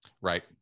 Right